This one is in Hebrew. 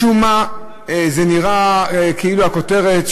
משום מה זה נראה כאילו הכותרת,